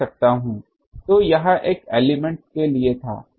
तो यह एक एलिमेंट के लिए था